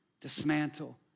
dismantle